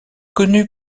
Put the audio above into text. connue